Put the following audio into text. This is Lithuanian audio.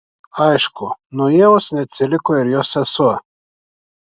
aišku nuo ievos neatsiliko ir jos sesuo